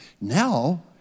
Now